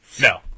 No